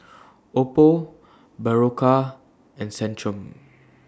Oppo Berocca and Centrum